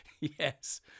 yes